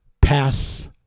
pass